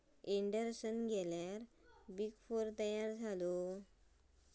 Anderson गेल्यार big four तयार झालो